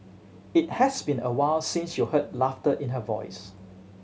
it has been awhile since you heard laughter in her voice